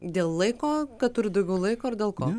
dėl laiko kad turit daugiau laiko ar dėl ko